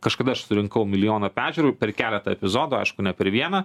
kažkada aš surinkau milijoną peržiūrų per keletą epizodų aišku ne per vieną